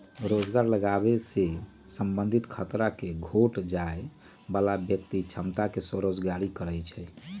रोजगार लागाबे से संबंधित खतरा के घोट जाय बला व्यक्ति के क्षमता के स्वरोजगारी कहै छइ